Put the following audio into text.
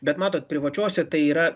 bet matot privačiose tai yra